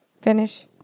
finish